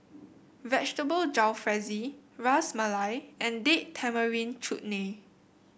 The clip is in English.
Vegetable Jalfrezi Ras Malai and Date Tamarind Chutney